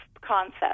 concept